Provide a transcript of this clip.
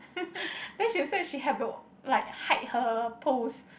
then she say she have to like hide her post